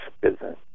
business